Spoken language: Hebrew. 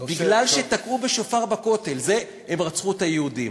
תקעו בשופר בכותל, אז בגלל זה הם רצחו את היהודים.